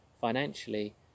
financially